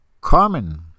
Carmen